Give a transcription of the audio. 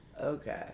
Okay